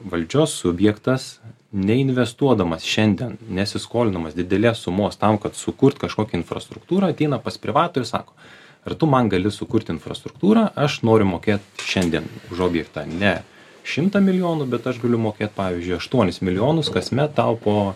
valdžios subjektas neinvestuodamas šiandien nesiskolindamas didelės sumos tam kad sukurt kažkokią infrastruktūrą ateina pas privatų ir sako ar tu man gali sukurt infrastruktūrą aš noriu mokėt šiandien už objektą ne šimtą milijonų bet aš galiu mokėt pavyzdžiui aštuonis milijonus kasmet tau po